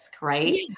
Right